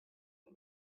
and